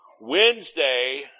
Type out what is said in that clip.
Wednesday